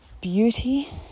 beauty